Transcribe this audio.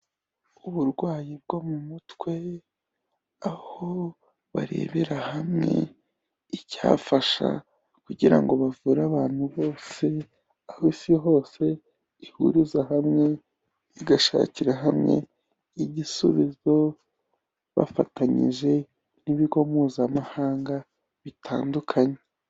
Uburwayi bwo mu mutwe, aho barebera hamwe icyafasha kugira ngo bavure abantu bose, aho isi hose ihuriza hamwe igashakira hamwe igisubizo bafatanyije n'ibigo mpuzamahanga bitandukanye.